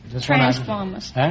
Transformers